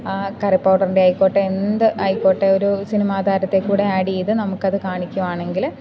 ആ കറി പൗഡറിൻ്റെ ആയിക്കോട്ടെ എന്തു ആയിക്കോട്ടെ ഒരു സിനിമതാരത്തെക്കൂടി ആഡ് ചെയ്ത് നമുക്കത് കാണിക്കുകയാണെങ്കിൽ